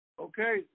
Okay